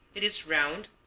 it is round,